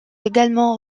également